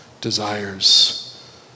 desires